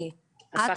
אני הפכתי את המצלמה.